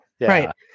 right